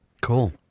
Cool